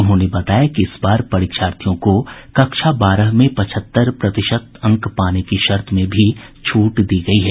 उन्होंने बताया कि इस बार परीक्षार्थियों को कक्षा बारह में पचहत्तर प्रतिशत अंक पाने की शर्त में भी छूट दी गई है